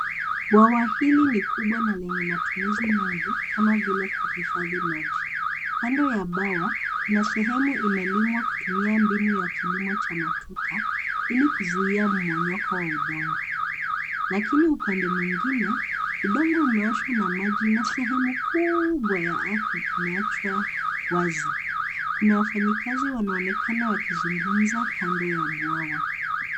Bwawa hili ni kubwa na lenye matumizi mengi, kama vile kuhifadhi maji. Kando ya bwawa, kuna sehemu imelimwa kutumia mbinu ya kilimo cha matuta, ili kuzuia mmomonyoko wa udongo. Lakini upande mwingine, udongo umeoshwa na maji na sehemu kubwa ya ardhi imeachwa wazi. Kuna wafanyikazi wanaonekana wakizungumza kando ya bwawa.